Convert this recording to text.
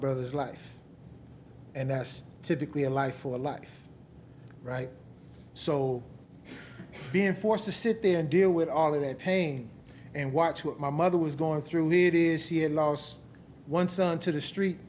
brother's life and that's typically a life or a life right so being forced to sit there and deal with all of that pain and watch what my mother was going through need is c n n was one son to the street